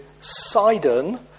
Sidon